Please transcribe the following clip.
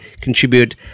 contribute